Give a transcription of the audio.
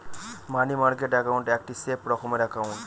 মানি market account একটি safe রকমের account